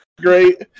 Great